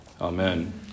Amen